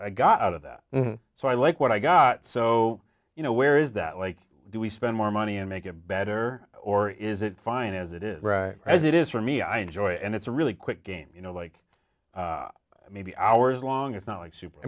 i got out of that so i like what i got so you know where is that like do we spend more money and make it better or is it fine as it is as it is for me i enjoy it and it's a really quick game you know like maybe hours long it's not like sup